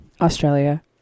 Australia